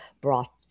brought